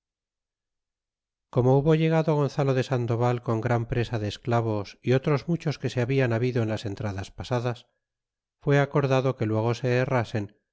como hubo llegado gonzalo de sandoval con gran presa de esclavos y otros muchos que se hablan habido en las entradas pasadas fue acordado que luego se herrasen